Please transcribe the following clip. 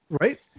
Right